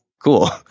cool